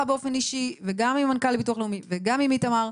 באופן אישי וגם עם המנכ"ל לביטוח הלאומי וגם עם איתמר.